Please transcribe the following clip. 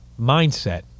mindset